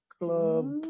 Club